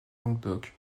languedoc